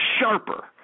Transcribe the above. Sharper